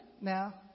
now